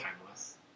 Timeless